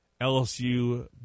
LSU